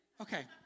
Okay